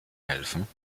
helfen